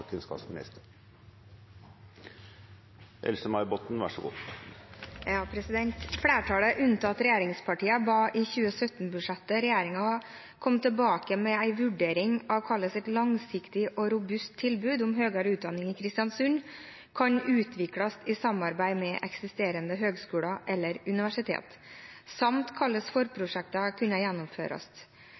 unntatt regjeringspartiene, ba i 2017-budsjettet regjeringen komme tilbake med en vurdering av hvordan et langsiktig og robust tilbud om høyere utdanning i Kristiansund kan utvikles i samarbeid med eksisterende høgskoler eller universitet, samt hvordan forprosjektet kunne gjennomføres. Hva har